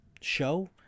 show